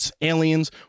aliens